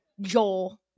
Joel